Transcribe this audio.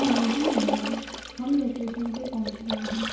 हाँ जी भैया हम लोकेशन पर पहुँच गये हैं